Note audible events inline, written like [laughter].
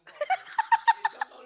[laughs]